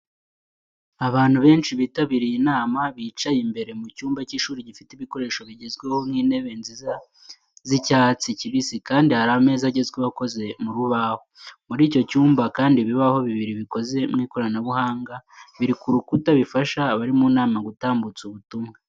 Abantu benshi bitabiriye inama, bicaye imbere mu cyumba cy’ishuri gifite ibikoresho bigezweho nk'intebe nziza z'icyatsi kibisi kandi hari ameza agezweho akoze mu rubaho. Muri icyo cyumba kandi ibibaho bibiri bikoze mu ikoranabuhanga biri ku rukuta bifasha abari mu nama gutambutsa ubutumwa.